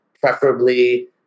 preferably